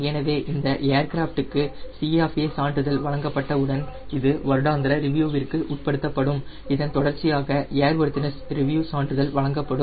எனவே இந்த ஏர்கிராஃப்ட் க்கு C ஆஃப் A சான்றிதழ் வழங்கப்பட்ட உடன் இது வருடாந்திர ரிவ்யூ க்கு உட்படுத்தப்படும் இதன் தொடர்ச்சியாக ஏர்வொர்தினஸ் ரிவ்யூ சான்றிதழ் வழங்கப்படும்